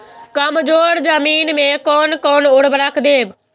कमजोर जमीन में कोन कोन उर्वरक देब?